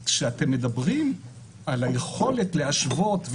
כשאתם מדברים על היכולת להשוות,